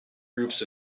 groups